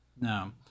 No